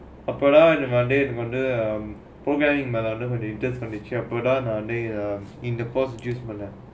அப்பே தான்:appe thaan program மேலே வந்து:maelae vanthu interest வந்துச்சே:vanthuchae